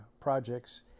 projects